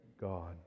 god